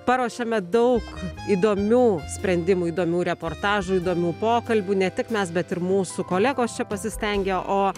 paruošėme daug įdomių sprendimų įdomių reportažų įdomių pokalbių ne tik mes bet ir mūsų kolegos čia pasistengė o